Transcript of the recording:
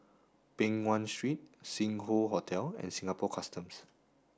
Peng Nguan Street Sing Hoe Hotel and Singapore Customs